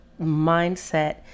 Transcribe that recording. mindset